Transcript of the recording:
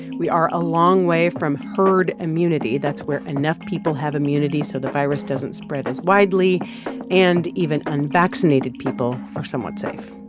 we are a long way from herd immunity. that's where enough people have immunity so the virus doesn't spread as widely and even unvaccinated people are somewhat safe,